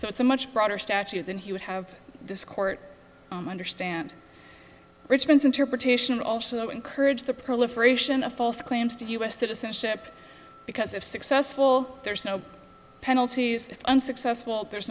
so it's a much broader statute than he would have this court understand richmond's interpretation and also encourage the proliferation of false claims to us citizenship because if successful there's no penalties if unsuccessful there